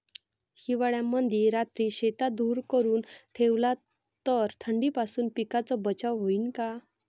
हिवाळ्यामंदी रात्री शेतात धुर करून ठेवला तर थंडीपासून पिकाचा बचाव होईन का?